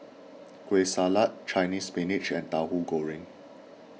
Kueh Salat Chinese Spinach and Tahu Goreng